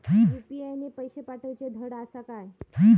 UPI ने पैशे पाठवूचे धड आसा काय?